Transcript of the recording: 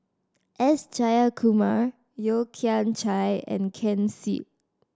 S Jayakumar Yeo Kian Chye and Ken Seet